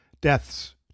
deaths